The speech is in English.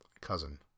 cousin